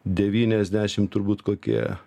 devyniasdešimt turbūt kokie